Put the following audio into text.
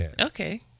Okay